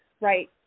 right